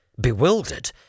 Bewildered